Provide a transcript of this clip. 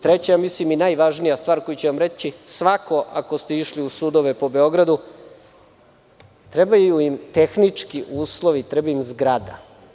Treća, mislim i najvažnija stvar koju ću vam reći, ako ste išli u sudove po Beogradu, trebaju im tehnički uslovi, treba im zgrada.